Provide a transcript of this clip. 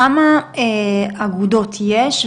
כמה אגודות יש,